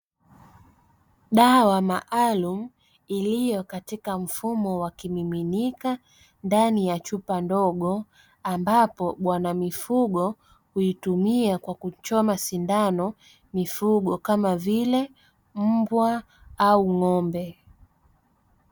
Dawa maalumu iliyo katika mfumo wa kimiminika ndani ya chupa ndogo, ambapo bwana mifugo huitumia kwa kuchoma sindano mifugo kama vile; mbwa au ng'ombe.